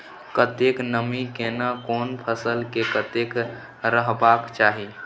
कतेक नमी केना कोन फसल मे कतेक रहबाक चाही?